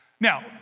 now